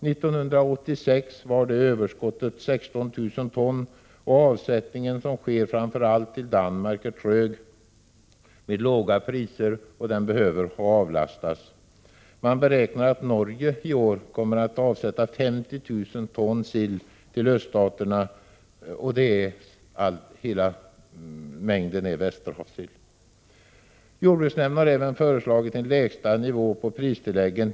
1986 var detta 16 000 ton. Avsättningen, som sker framför allt till Danmark, är trög, med låga priser, och den behöver avlastas. Man beräknar att Norge i år kommer att avsätta 50 000 ton sill till öststaterna. Hela den — Prot. 1986/87:133 mängden är Västerhavssill. 1juni 1987 Jordbruksnämnden har även föreslagit en lägsta nivå på pristilläggen.